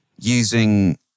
using